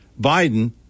Biden